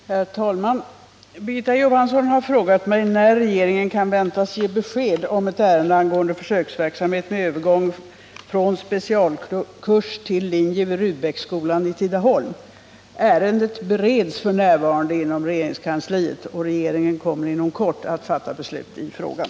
Herr talman! Birgitta Johansson har frågat mig när regeringen kan väntas ge besked om ett ärende angående försöksverksamhet med övergång från specialkurs till linje vid Rudbecksskolan i Tidaholm. Ärendet bereds f. n. inom regeringskansliet. Regeringen kommer inom kort att fatta beslut i frågan.